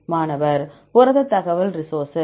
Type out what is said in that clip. மாணவர் புரத தகவல் ரிசோர்ஸ்